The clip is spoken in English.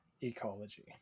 ecology